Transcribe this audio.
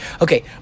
Okay